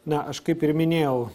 na aš kaip ir minėjau